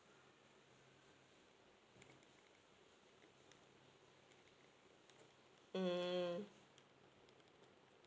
mm